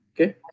okay